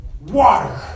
water